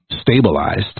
stabilized